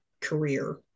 career